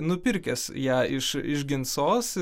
nupirkęs ją iš iš ginsos